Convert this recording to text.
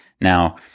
Now